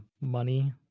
money